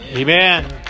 Amen